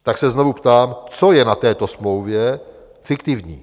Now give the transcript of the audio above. Tak se znovu ptám, co je na této smlouvě fiktivní?